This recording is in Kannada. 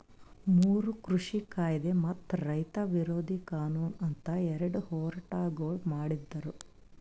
ಮೂರು ಕೃಷಿ ಕಾಯ್ದೆ ಮತ್ತ ರೈತ ವಿರೋಧಿ ಕಾನೂನು ಅಂತ್ ಎರಡ ಹೋರಾಟಗೊಳ್ ಮಾಡಿದ್ದರು